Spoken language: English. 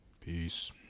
Peace